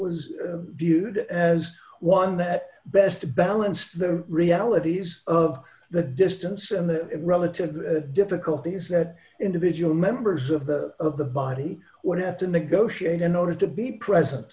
was viewed as one that best balanced the realities of the distance and the relative difficulties that individual members of the of the body would have to negotiate in order to be present